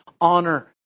honor